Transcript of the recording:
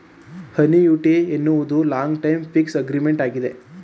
annuity ಎನ್ನುವುದು long time fix agreement ಆಗಿದೆ